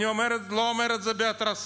אני לא אומר את זה בהתרסה.